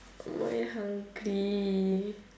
I'm very hungry